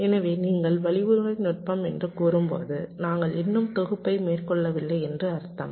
எனவே நீங்கள் வழிமுறை நுட்பம் என்று கூறும்போது நாங்கள் இன்னும் தொகுப்பை மேற்கொள்ளவில்லை என்று அர்த்தம்